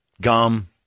gum